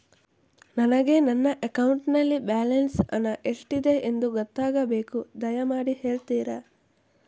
ನನಗೆ ನನ್ನ ಅಕೌಂಟಲ್ಲಿ ಬ್ಯಾಲೆನ್ಸ್ ಹಣ ಎಷ್ಟಿದೆ ಎಂದು ಗೊತ್ತಾಗಬೇಕು, ದಯಮಾಡಿ ಹೇಳ್ತಿರಾ?